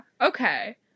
Okay